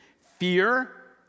Fear